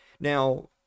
Now